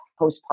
postpartum